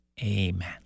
Amen